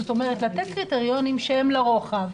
זאת אומרת, לתת קריטריונים שהם לרוחב,